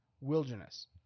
Wilderness